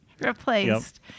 replaced